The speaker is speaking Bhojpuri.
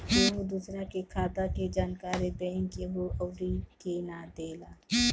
केहू दूसरा के खाता के जानकारी बैंक केहू अउरी के ना देला